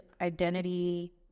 identity